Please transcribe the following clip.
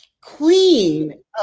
queen